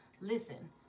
Listen